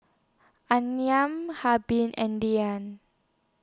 Amiyah and Dianne